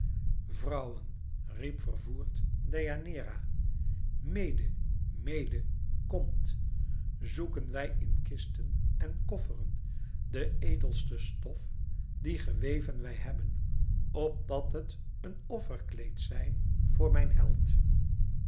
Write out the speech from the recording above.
vrouwen riep vervoerd deianeira mede mede komt zoeken wij in kisten en kofferen de edelste stof die geweven wij hebben opdat het een offerkleed zij voor mijn held